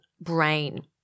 brain